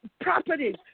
properties